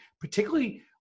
particularly